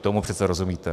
Tomu přece rozumíte.